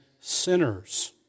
sinners